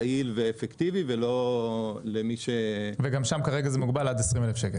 יעיל ואפקטיבי ולא למי --- וגם שם כרגע זה מוגבל עד 20,000 שקל.